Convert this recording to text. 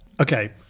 Okay